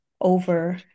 over